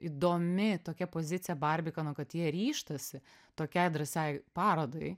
įdomi tokia pozicija barbikano kad jie ryžtasi tokiai drąsiai parodai